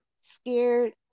scared